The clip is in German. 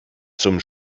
zum